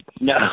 No